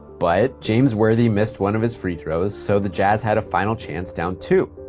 but james worthy missed one his free throws, so the jazz had a final chance down two.